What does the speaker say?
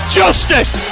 justice